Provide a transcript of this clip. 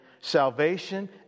salvation